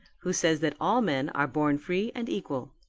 who says that all men are born free and equal